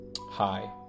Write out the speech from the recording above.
Hi